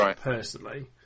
personally